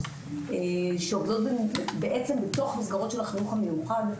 שעובדות בתוך מסגרות של החינוך המיוחד.